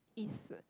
East